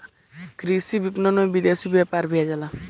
कृषि विपणन में विदेशी व्यापार भी आ जाला